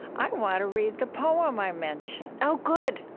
i want to read the poem i mentioned oh, good.